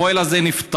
הפועל הזה נפטר.